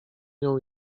nią